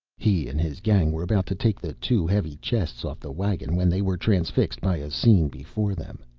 he and his gang were about to take the two heavy chests off the wagon when they were transfixed by a scene before them.